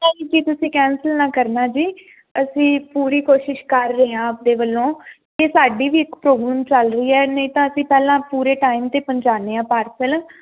ਨਹੀਂ ਜੀ ਤੁਸੀਂ ਕੈਂਸਲ ਨਾ ਕਰਨਾ ਜੀ ਅਸੀਂ ਪੂਰੀ ਕੋਸ਼ਿਸ਼ ਕਰ ਰਹੇ ਹਾਂ ਆਪਦੇ ਵੱਲੋਂ ਤੇ ਸਾਡੀ ਵੀ ਇੱਕ ਪ੍ਰੋਬਲਮ ਚੱਲ ਰਹੀ ਹ ਨਹੀਂ ਤਾਂ ਅਸੀਂ ਪਹਿਲਾਂ ਪੂਰੇ ਟਾਈਮ ਤੇ ਪਹੁੰਚਾਉਦੇ ਆਂ ਪਾਰਸਲ